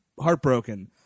heartbroken